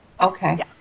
Okay